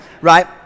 right